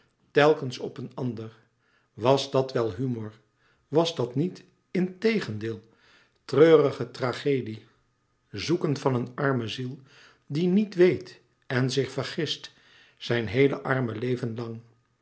telkens op een ander was dat wel humor was dat niet integendeel treurige tragedie zoeken van een arme ziel die niet weet en zich vergist zijn heele arme